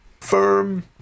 firm